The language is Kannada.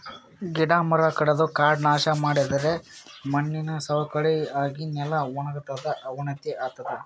ಗಿಡ ಮರ ಕಡದು ಕಾಡ್ ನಾಶ್ ಮಾಡಿದರೆ ಮಣ್ಣಿನ್ ಸವಕಳಿ ಆಗಿ ನೆಲ ವಣಗತದ್ ಅವನತಿ ಆತದ್